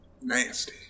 Nasty